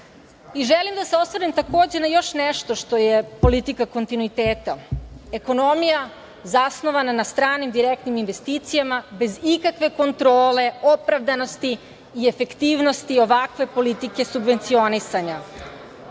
želim da se osvrnem na još nešto što je politika kontinuiteta. Ekonomija zasnovana na stranim direktnim investicijama bez ikakve kontrole opravdanosti i efektivnosti ovakve politike subvencionisanja.